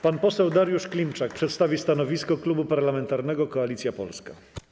Pan poseł Dariusz Klimczak przedstawi stanowisko Klubu Parlamentarnego Koalicja Polska.